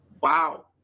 Wow